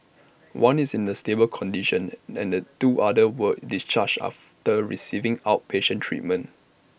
one is in A stable condition and two others were discharged after receiving outpatient treatment